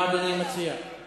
מה אדוני מציע?